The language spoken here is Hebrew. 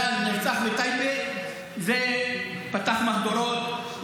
ז"ל, נרצח בטייבה, זה פתח מהדורות.